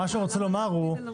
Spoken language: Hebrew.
מה שאני רוצה לומר הוא,